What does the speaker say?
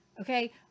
Okay